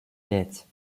пять